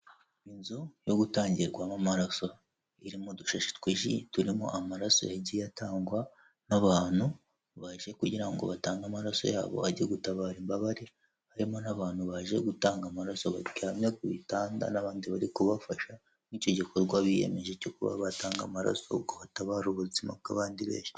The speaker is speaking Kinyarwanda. Inzu yo gutangirwamo amaraso irimo udushashi twinshi turimo amaraso yagiye atangwa n'abantu baje kugira ngo batange amaraso yabo ajye gutabara imbabare harimo n'abantu baje gutanga amaraso baryamye ku bitanda n'abandi bari kubafasha mu icyo gikorwa biyemeje cyo kuba batanga amaraso ngo batabare ubuzima bw'abandi benshi.